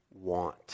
want